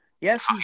Yes